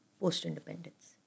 post-independence